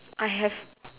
I have